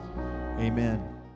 Amen